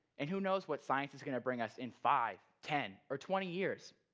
and who knows what science is going to bring us in five, ten or twenty years.